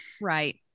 right